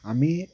আমি